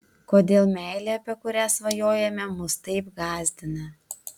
kodėl meilė apie kurią svajojame mus taip gąsdina